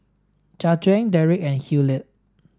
Jajuan Derik and Hilliard